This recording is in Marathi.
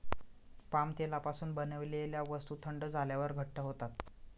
पाम तेलापासून बनवलेल्या वस्तू थंड झाल्यावर घट्ट होतात